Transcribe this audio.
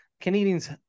Canadians